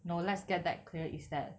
no let's get that clear is that